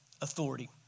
authority